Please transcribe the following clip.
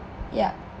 yah